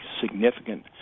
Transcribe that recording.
significant